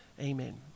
amen